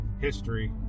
history